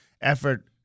effort